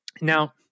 Now